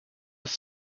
with